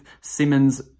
Simmons